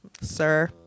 Sir